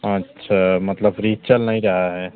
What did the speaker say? अच्छा मतलब फ्रिज चल नहीं रहा है